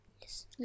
Yes